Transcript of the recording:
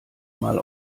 mal